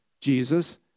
Jesus